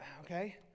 okay